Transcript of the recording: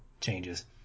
changes